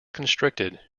constricted